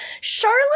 Charlotte